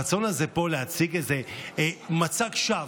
הרצון הזה פה להציג איזה מצג שווא: